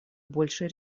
большей